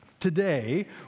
Today